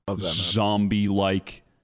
zombie-like